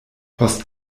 post